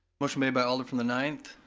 motion made by alder from the ninth.